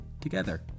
together